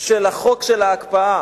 של ההחלטה על ההקפאה